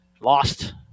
Lost